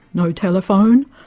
no telephone,